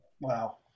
wow